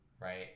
Right